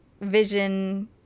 vision